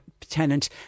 tenant